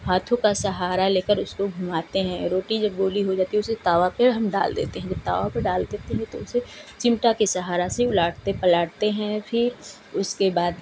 हाथों का सहारा लेकर उसको घूमाते हैं रोटी जब गोली हो जाती है तवा पर हम डाल देते हैं जब तवा पर डाल देते हैं तो उसे चिमटा के सहारा से उलाटते पलाटते हैं फिर उसके बाद